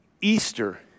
Easter